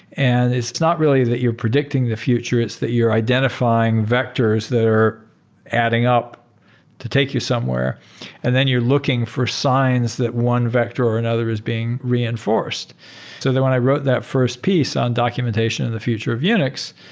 and it's it's not really that you're predicting the future. it's that you're identifying vectors that are adding up to take you somewhere and then you're looking for signs that one vector or another is being reinforced so that when i wrote that first piece on documentation in the future of unix,